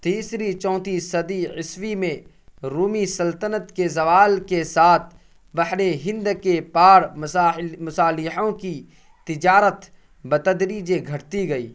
تیسری چوتھی صدی عیسوی میں رومی سلطنت کے زوال کے ساتھ بحر ہند کے پار مصالحوں کی تجارت بتدریج گھٹتی گئی